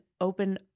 open